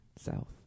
South